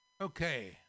Okay